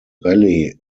rallye